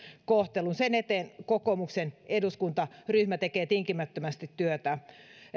kohtelun sen eteen kokoomuksen eduskuntaryhmä tekee tinkimättömästi työtä